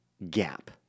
gap